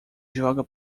joga